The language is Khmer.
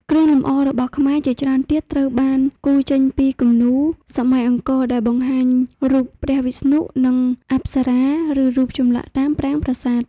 គ្រឿងលម្អរបស់ខ្មែរជាច្រើនទៀតត្រូវបានគូរចេញពីគំនូរសម័យអង្គរដែលបង្ហាញរូបព្រះវិស្ណុ និងអប្សរាឬរូបចម្លាក់តាមប្រាង្គប្រាសាទ។